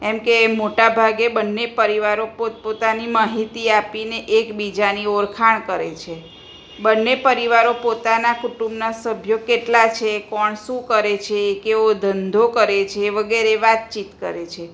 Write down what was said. એમ કે મોટા ભાગે બંને પરિવારો પોતપોતાની માહિતી આપીને એકબીજાની ઓળખાણ કરે છે બંને પરિવારો પોતાનાં કુટુંબના સભ્યો કેટલા છે કોણ શું કરે છે કેવો ધંધો કરે છે વગેરે વાતચીત કરે છે